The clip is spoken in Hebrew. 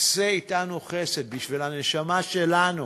עשה אתנו חסד, בשביל הנשמה שלנו,